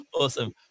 awesome